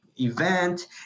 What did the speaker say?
event